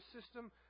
system